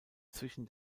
zwischen